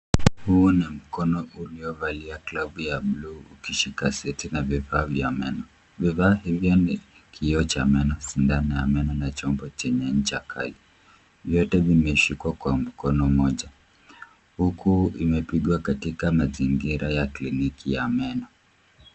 Huu ni mkono uliovalia glavu ya buluu ukishika seti na vifaa vya meno. Vifaa hivyo ni kioo cha meno, sindano ya meno na chombo chenye ncha kali. Vyote vimeshikwa kwa mkono mmoja huku imepigwa katika mazingira ya kliniki ya meno.